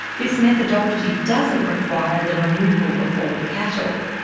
this methodology doesn't require the removal of all cattle.